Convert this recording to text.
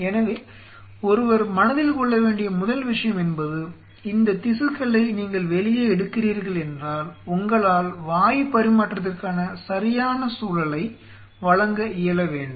எனவே ஒருவர் மனதில் கொள்ள வேண்டிய முதல் விஷயம் என்பது இந்த திசுக்களை நீங்கள் வெளியே எடுக்கிறீர்கள் என்றால் உங்களால் வாயு பரிமாற்றத்திற்கான சரியான சூழலை வழங்க இயல வேண்டும்